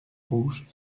rouge